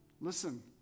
Listen